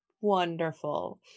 wonderful